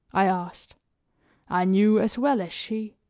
i asked i knew as well as she.